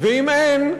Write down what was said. ואם אין,